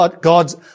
God's